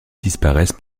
disparaissent